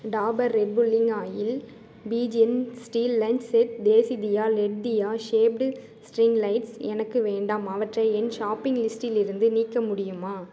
Dabur red pulling oil Pigeon steel lunch set Desidiya LED diya shaped string lights எனக்கு வேண்டாம் அவற்றை என் ஷாப்பிங் லிஸ்டிலிருந்து நீக்க முடியுமா